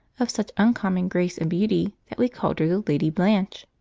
of such uncommon grace and beauty that we called her the lady blanche.